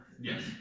Yes